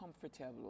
comfortable